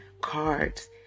cards